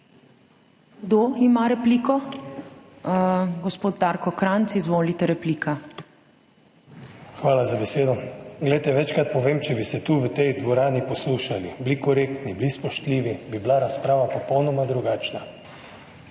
Hvala za besedo. Poglejte, večkrat povem, če bi se tukaj v tej dvorani poslušali, bili korektni, bili spoštljivi, bi bila razprava popolnoma drugačna.